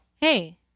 Hey